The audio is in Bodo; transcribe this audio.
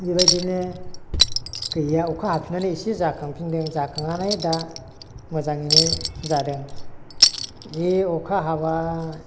बेबायदिनो गैया अखा हाफिन्नानै एसे जाखांफिन्दों जाखांनानै दा मोजांयैनो जादों जि अखा हाबाय